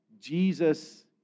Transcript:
Jesus